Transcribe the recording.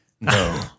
No